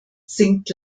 sinkt